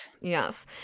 Yes